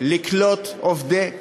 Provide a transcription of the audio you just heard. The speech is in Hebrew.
לקלוט עובדי קבלן.